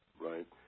Right